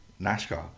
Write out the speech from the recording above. NASCAR